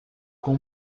com